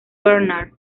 bernard